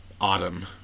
autumn